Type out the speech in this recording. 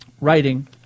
writing